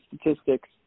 statistics